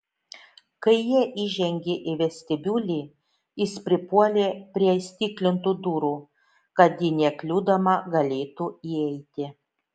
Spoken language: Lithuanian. kai jie įžengė į vestibiulį jis pripuolė prie įstiklintų durų kad ji nekliudoma galėtų įeiti